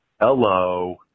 Hello